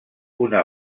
una